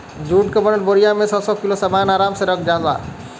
जुट क बनल बोरिया में सौ सौ किलो सामन आराम से रख सकल जाला